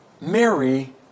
Mary